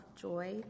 joy